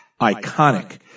iconic